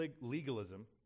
legalism